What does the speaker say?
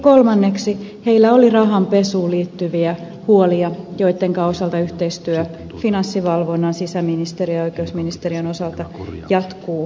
kolmanneksi heillä oli rahanpesuun liittyviä huolia joittenka osalta yhteistyö finanssivalvonnan sisäministeriön ja oikeusministeriön osalta jatkuu yhä